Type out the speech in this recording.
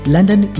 London